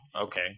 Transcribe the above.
Okay